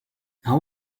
how